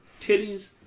Titties